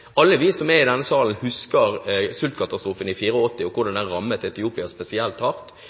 Alle vi som er i denne salen, husker sultkatastrofen i 1984 og hvordan den rammet Etiopia spesielt